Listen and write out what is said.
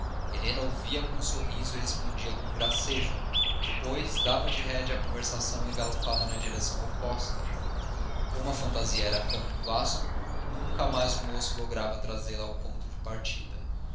helena ouvia com um sorriso e respondia com um gracejo depois dava de rédea à conversação e galopava na direção oposta como a fantasia era campo vasto nunca mais o moço lograva trazê-la ao ponto de partida